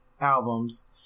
albums